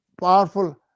powerful